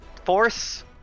force